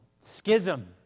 Schism